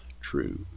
true